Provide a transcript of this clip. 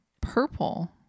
purple